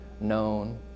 known